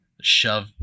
shove